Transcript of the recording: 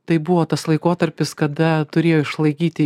tai buvo tas laikotarpis kada turėjo išlaikyti